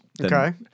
Okay